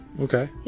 okay